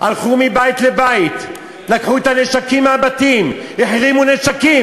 הלכו מבית לבית, לקחו את הנשק מהבתים, החרימו נשק.